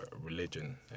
religion